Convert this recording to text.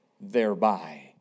thereby